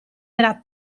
era